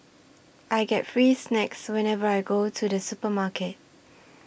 I get free snacks whenever I go to the supermarket